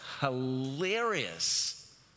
hilarious